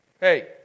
Hey